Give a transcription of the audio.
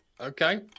Okay